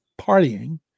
partying